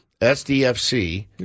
SDFC